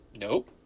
Nope